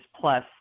plus